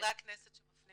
חברי כנסת שמפנים.